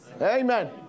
Amen